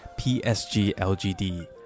PSG-LGD